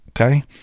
okay